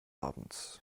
abends